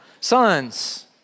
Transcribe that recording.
sons